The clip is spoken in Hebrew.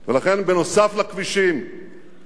לכן נוסף על הכבישים והרכבות